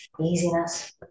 easiness